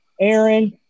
Aaron